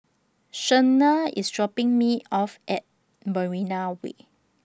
Shenna IS dropping Me off At Marina Way